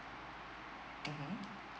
mmhmm